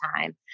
time